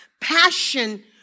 Passion